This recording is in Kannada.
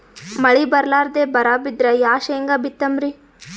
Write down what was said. ಮಳಿ ಬರ್ಲಾದೆ ಬರಾ ಬಿದ್ರ ಯಾ ಶೇಂಗಾ ಬಿತ್ತಮ್ರೀ?